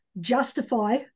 justify